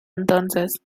entonces